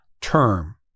term